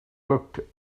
looked